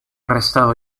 arrestado